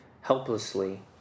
helplessly